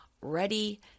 ready